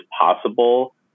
possible